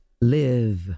Live